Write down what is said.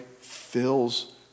fills